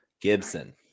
Gibson